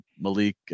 Malik